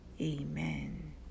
amen